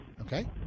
Okay